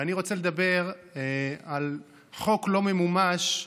ואני רוצה לדבר על חוק לא ממומש,